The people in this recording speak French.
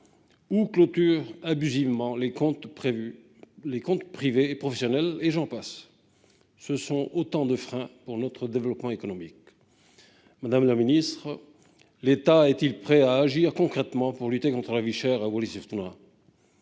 clôt abusivement les comptes privés et professionnels, et j'en passe ... Ce sont autant de freins pour notre développement économique. Madame la ministre, l'État est-il prêt à agir concrètement pour lutter contre la vie chère à Wallis-et-Futuna,